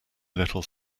little